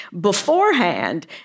beforehand